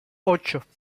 ocho